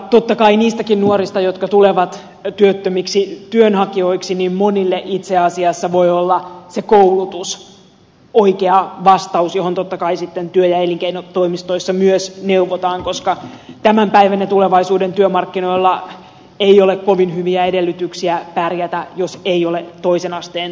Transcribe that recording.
totta kai niistäkin nuorista jotka tulevat työttömiksi työnhakijoiksi monille itse asiassa voi olla se koulutus oikea vastaus johon totta kai sitten työ ja elinkeinotoimistoissa myös neuvotaan koska tämän päivän ja tulevaisuuden työmarkkinoilla ei ole kovin hyviä edellytyksiä pärjätä jos ei ole toisen asteen tutkintoa